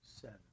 seven